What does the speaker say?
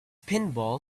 pinball